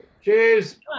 Cheers